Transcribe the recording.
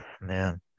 man